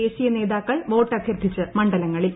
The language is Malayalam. ദേശീയ നേതാക്കൾ പ്രോട്ടഭ്യർത്ഥിച്ച് മണ്ഡലങ്ങളിൽ